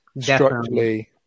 Structurally